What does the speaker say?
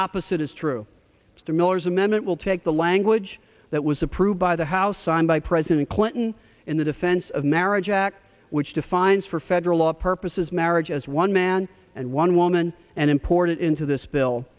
opposite is true to miller's amendment will take the language that was approved by the house signed by president clinton in the defense of marriage act which defines for federal law purposes marriage as one man and one woman and imported into this bill